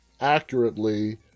accurately